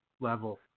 level